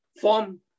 form